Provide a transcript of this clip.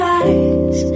eyes